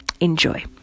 Enjoy